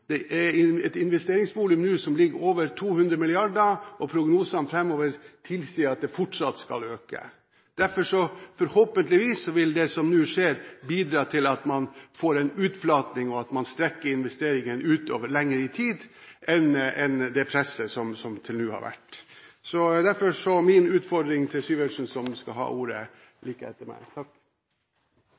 Det er nå et investeringsvolum som ligger på over 200 mrd. kr, og prognosene framover tilsier at det fortsatt skal øke. Derfor vil forhåpentligvis det som nå skjer, bidra til at man får en utflating, og at man strekker investeringen lenger utover i tid enn med det presset som har vært til nå. Derfor er det min utfordring til Syversen, som skal ha ordet etter meg.